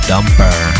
Dumper